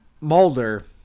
Mulder